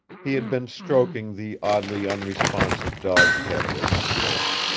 he had been stroking the oddly unresponsive dog's head as he spoke.